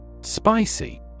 Spicy